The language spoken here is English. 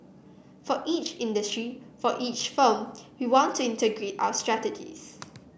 for each industry for each firm we want to integrate our strategies